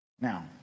now